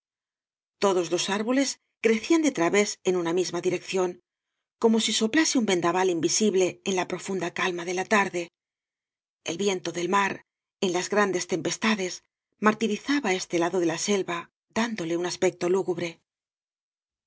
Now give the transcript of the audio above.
todos los árboles crecían de tra vés en una misma dirección como si soplase un vendaval invisible en la profunda calma de la tarde el viento del mar en las grandes tempestades martirizaba este lado de la selva dándole un as pecto lúgubre